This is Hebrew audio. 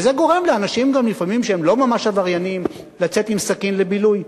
וזה גורם לפעמים גם לאנשים שהם לא ממש עבריינים לצאת עם סכין לבילוי,